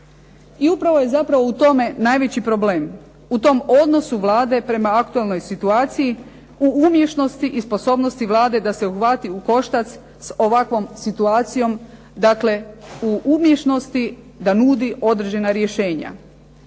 I upravo je zapravo u tome najveći problem. U tom odnosu Vlade prema aktualnoj situaciji u umješnosti i sposobnosti Vlade da se uhvati u koštac sa ovakvom situacijom. Dakle, u umješnosti da nudi određena rješenja.